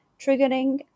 triggering